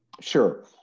Sure